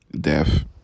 death